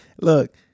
Look